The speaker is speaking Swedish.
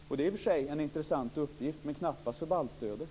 Det är i och för sig en intressant uppgift, men knappast för baltstödet.